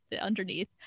underneath